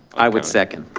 i would second.